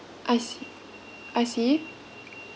I see I see